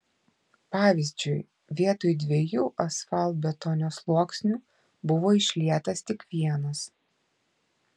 pavyzdžiui vietoj dviejų asfaltbetonio sluoksnių buvo išlietas tik vienas